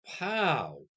Wow